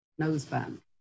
noseband